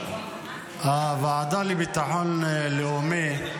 הוועדה לביטחון לאומי,